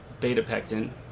beta-pectin